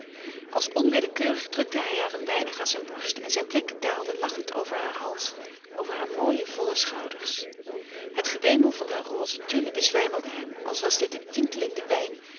als onwillekeurig drukte hij haar een weinig aan zijn borst en zijn blik daalde lachend over haren hals over hare mooie volle schouders het gewemel harer roze tulle bezwijmelde hem als was dit een tintelende wijn